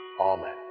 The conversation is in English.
Amen